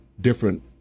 different